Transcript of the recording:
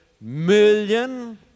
million